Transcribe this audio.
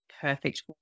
perfect